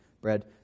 bread